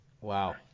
Wow